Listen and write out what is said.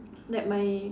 like my